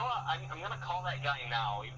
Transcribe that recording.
i mean i'm gonna call that guy you know